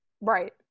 right